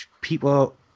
people